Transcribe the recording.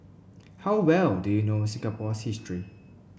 how well do you know Singapore's history